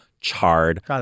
charred